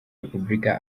repubulika